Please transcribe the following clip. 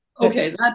Okay